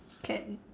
cat